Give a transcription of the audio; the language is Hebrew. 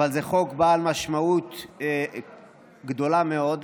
אבל זה חוק בעל משמעות גדולה מאוד.